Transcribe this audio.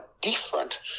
different